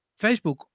Facebook